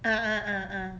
ah ah ah ah